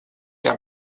der